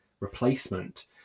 replacement